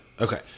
Okay